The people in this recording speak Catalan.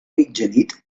mitjanit